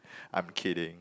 I'm kidding